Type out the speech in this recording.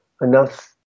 enough